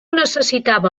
necessitava